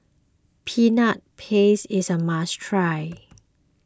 Peanut Paste is a must try